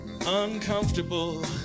uncomfortable